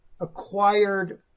acquired